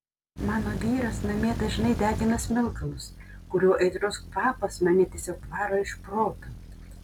mano vyras namie dažnai degina smilkalus kurių aitrus kvapas mane tiesiog varo iš proto